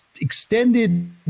extended